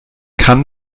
kann